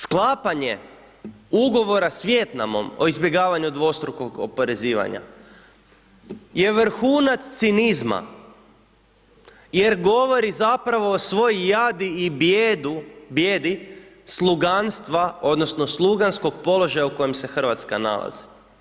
Sklapanje Ugovora s Vijetnamom o izbjegavanju dvostrukog oporezivanja je vrhunac cinizma jer govori zapravo o svoj jadi i bijedi sluganstva odnosno sluganskog položaja u kojem se RH nalazi.